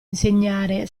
insegnare